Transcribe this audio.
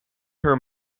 her